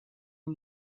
and